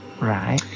Right